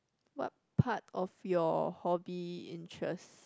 what part of your hobby interest